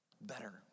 better